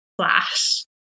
flash